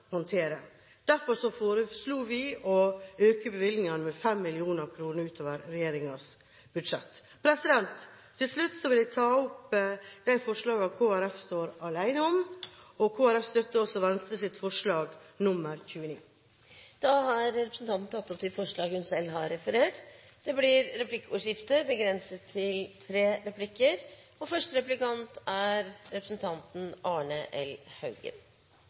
håndtere. Derfor foreslo vi å øke bevilgningene med 5 mill. kr utover regjeringens budsjett. Til slutt vil jeg ta opp det forslaget Kristelig Folkeparti står alene om. Kristelig Folkeparti støtter også Venstres forslag nr. 29. Representanten Rigmor Andersen Eide har tatt opp det forslaget hun refererte til. Det blir replikkordskifte.